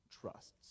trusts